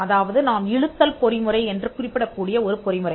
அதாவது நாம் இழுத்தல் பொறிமுறை என்று குறிப்பிடக் கூடிய ஒரு பொறிமுறை